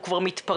הוא כבר מתפרץ.